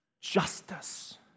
justice